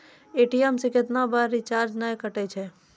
ATM से कैतना बार चार्ज नैय कटै छै?